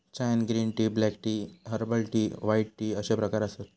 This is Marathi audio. चायत green tea, black tea, herbal tea, white tea अश्ये प्रकार आसत